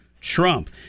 Trump